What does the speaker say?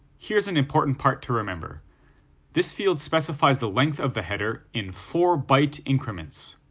here's an important part to remember this field specifies the length of the header in four byte increments.